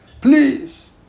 Please